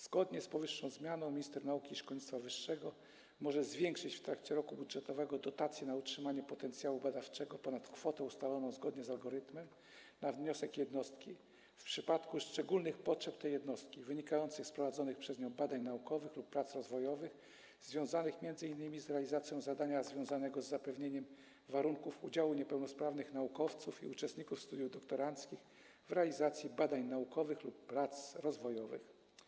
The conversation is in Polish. Zgodnie z powyższą zmianą minister nauki i szkolnictwa wyższego może zwiększyć w trakcie roku budżetowego dotacje na utrzymanie potencjału badawczego ponad kwotę ustaloną zgodnie z algorytmem na wniosek jednostki w przypadku szczególnych potrzeb tej jednostki wynikających z prowadzonych przez nią badań naukowych lub prac rozwojowych związanych m.in. z realizacją zadania łączącego się z zapewnieniem warunków udziału niepełnosprawnych naukowców i uczestników studiów doktoranckich w realizacji badań naukowych lub prac rozwojowych.